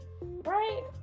Right